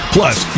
Plus